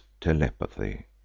telepathy